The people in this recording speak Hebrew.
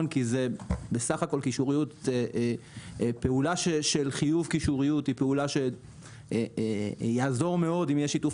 כי בסך הכול בפעולה של חילוף קישוריות זה יעזור מאוד אם יהיה שיתוף